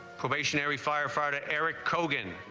stationary firefighter eric kogan